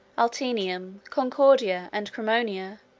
altinum, concordia, and cremona,